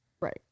Right